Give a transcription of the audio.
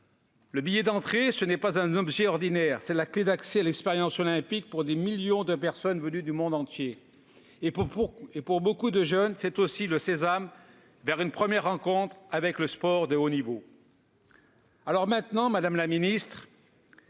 Le billet d'entrée n'est pas un objet ordinaire : il est la clef d'accès à l'expérience olympique pour des millions de personnes venues du monde entier. Pour beaucoup de jeunes, c'est aussi le sésame vers une première rencontre avec le sport de haut niveau. Madame la ministre,